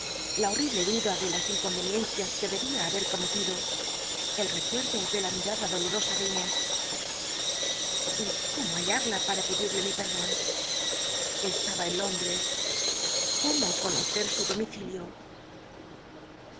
la honible duda de las incomeniencias que debía haber cometido el reeucrdo ele l l mimda dolorosa de inés y cómo hallarla para pe lirla mi pcrdon estaba en lóndres cómo conocer su domicilio